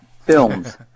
films